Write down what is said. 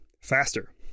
faster